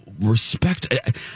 respect